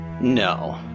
no